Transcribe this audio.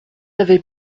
avait